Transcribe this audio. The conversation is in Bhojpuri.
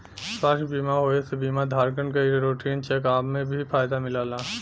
स्वास्थ्य बीमा होये से बीमा धारकन के रूटीन चेक अप में भी फायदा मिलला